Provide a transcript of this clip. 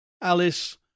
Alice